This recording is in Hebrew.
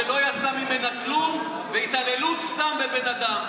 האשמת שווא שלא יצא ממנה כלום והתעללות בבן אדם סתם,